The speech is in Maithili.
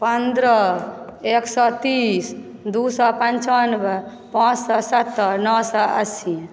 पन्द्रह एक सए तीस दू सए पंचानवे पाॅंच सए सत्तरि नओ सए अस्सी